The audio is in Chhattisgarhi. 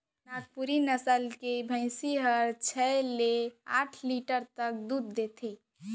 नागपुरी नसल के भईंसी हर छै ले आठ लीटर तक दूद देथे